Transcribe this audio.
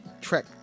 Trek